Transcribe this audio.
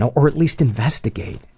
ah or at least investigate?